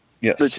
Yes